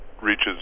reaches